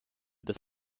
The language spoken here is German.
des